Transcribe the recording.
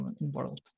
world